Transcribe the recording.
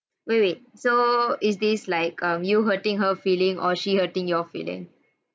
wait wait so is this like um you hurting her feeling or she hurting your feeling